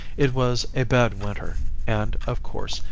it was a bad winter and, of course,